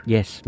Yes